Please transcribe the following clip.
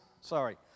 sorry